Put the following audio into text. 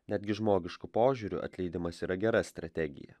netgi žmogišku požiūriu atleidimas yra gera strategija